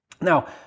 Now